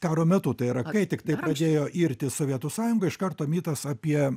karo metu tai yra kai tiktai pradėjo irti sovietų sąjunga iš karto mitas apie